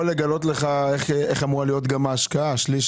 לגלות לך איך אמורה להיות ההשקעה שליש,